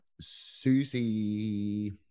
Susie